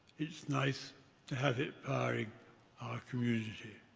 it's nice to have it powering our community.